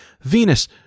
Venus